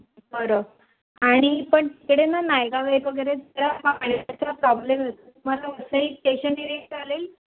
बरं आणि पण तिकडे ना नायगावे वगैरे जरा पाण्याचा प्रॉब्लेम होता तुम्हाला वसईत टेशन एरिया चालेल